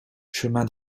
chemin